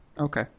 Okay